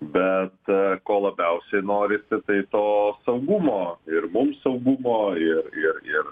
bet ko labiausiai norisi tai to saugumo ir mums saugumo ir ir ir